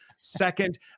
second